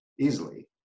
easily